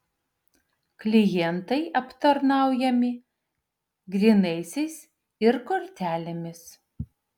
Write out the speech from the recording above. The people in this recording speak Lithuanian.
klientai aptarnaujami grynaisiais ir kortelėmis